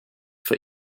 for